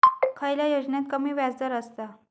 खयल्या योजनेत कमी व्याजदर असता?